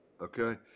okay